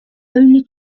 only